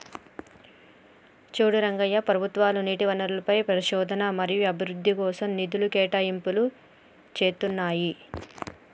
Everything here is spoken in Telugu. చూడు రంగయ్య ప్రభుత్వాలు నీటి వనరులపై పరిశోధన మరియు అభివృద్ధి కోసం నిధులు కేటాయింపులు చేతున్నాయి